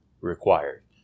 required